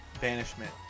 banishment